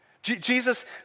Jesus